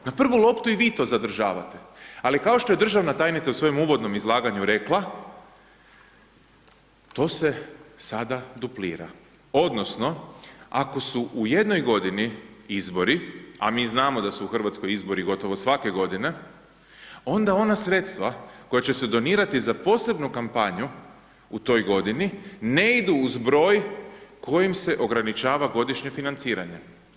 Na prvu loptu i vi to zadržavate, ali kao što je državna tajnica u svojem uvodnom izlaganju rekla, to se sada duplira, odnosno, ako su u jednoj godini izbori, a mi znamo da su u Hrvatskoj izbori gotovo svake godine, onda ona sredstva, koja će se donirati za posebnu kampanju u toj godini, ne idu uz zbroj kojim se ograničava godišnje financiranje.